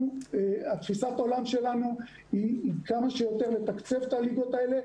תפיסת העולם שלנו היא כמה שיותר לתקצב את הליגות האלה,